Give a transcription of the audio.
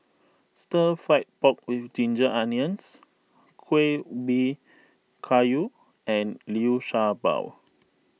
Stir Fried Pork with Ginger Onions Kueh Ubi Kayu and Liu Sha Bao